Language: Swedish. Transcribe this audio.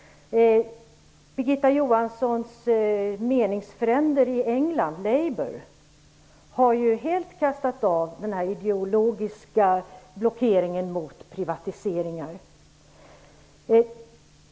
Birgitta Johanssons meningsfränder i England, Labour, har helt gjort sig av med den ideologiska blockeringen mot privatiseringar.